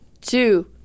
two